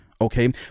Okay